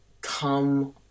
come